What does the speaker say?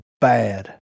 bad